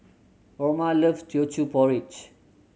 Orma loves Teochew Porridge